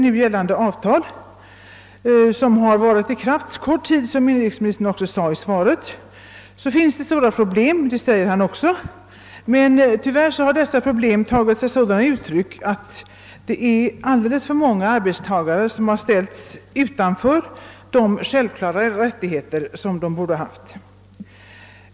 Nu gällande avtal har varit i kraft relativt kort tid — vilket inrikesministern också sade i svaret — men tyvärr har trots detta alldeles för många arbetstagare ställts utanför rättigheter som de självfallet borde ha.